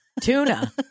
tuna